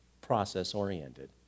process-oriented